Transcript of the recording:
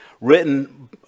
written